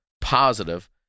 positive